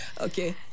Okay